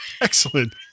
Excellent